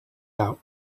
out